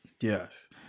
Yes